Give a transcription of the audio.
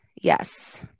Yes